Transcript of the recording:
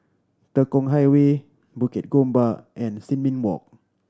Tekong Highway Bukit Gombak and Sin Ming Walk